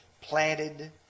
planted